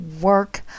work